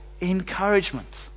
encouragement